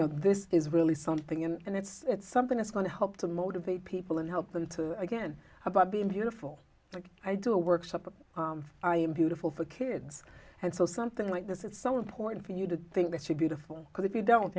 this is really something and it's something that's going to help to motivate people and help them to again about being beautiful like i do a workshop i am beautiful for kids and so something like this it's so important for you to think that she beautiful because if you don't